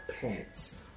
pants